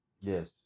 Yes